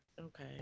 Okay